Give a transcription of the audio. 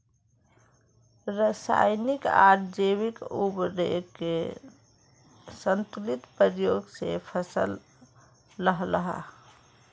राशयानिक आर जैविक उर्वरकेर संतुलित प्रयोग से फसल लहलहा